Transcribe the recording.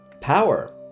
power